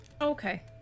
Okay